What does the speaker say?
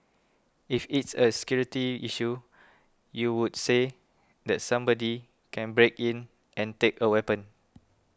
if it's a security issue you would say that somebody can break in and take a weapon